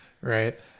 right